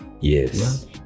yes